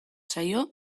saio